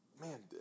man